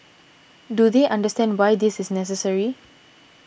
do they understand why this is necessary